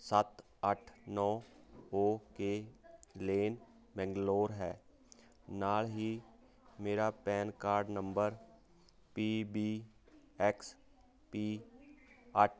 ਸੱਤ ਅੱਠ ਨੌਂ ਓਕੇਲੇਨ ਬੈਗਲੌਰ ਹੈ ਨਾਲ ਹੀ ਮੇਰਾ PAN card number P B X P ਅੱਠ